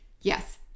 Yes